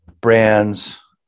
brands